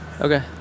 Okay